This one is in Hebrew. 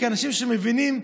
כאנשים שמבינים,